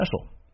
special